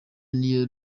new